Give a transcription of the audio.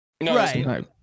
Right